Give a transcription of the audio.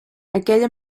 aquella